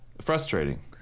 frustrating